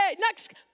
next